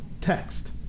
text